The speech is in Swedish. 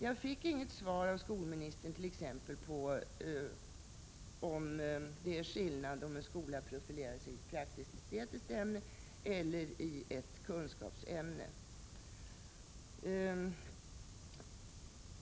Jag fick t.ex. inget svar av skolministern på frågan om det är skillnad på om en skola profilerar sig i ett praktiskt-estetiskt ämne eller i ett kunskapsämne.